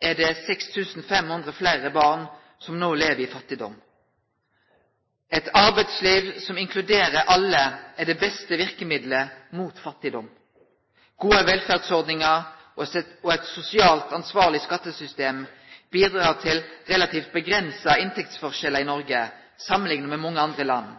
er det 6 500 fleire barn som no lever i fattigdom. Eit arbeidsliv som inkluderer alle, er det beste verkemidlet mot fattigdom. Gode velferdsordningar og eit sosialt ansvarleg skattesystem bidreg til relativt avgrensa inntektsforskjellar i Noreg samanlikna med mange andre land,